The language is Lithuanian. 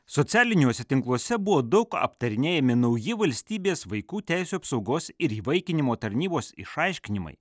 socialiniuose tinkluose buvo daug aptarinėjami nauji valstybės vaikų teisių apsaugos ir įvaikinimo tarnybos išaiškinimai